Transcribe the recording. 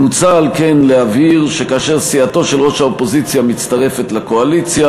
מוצע על כן להבהיר שכאשר סיעתו של ראש האופוזיציה מצטרפת לקואליציה,